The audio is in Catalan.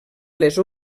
les